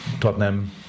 Tottenham